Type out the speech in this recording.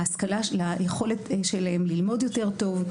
ליכולת שלהם ללמוד יותר טוב,